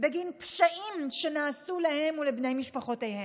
בגין פשעים שנעשו להם ולבני משפחותיהם.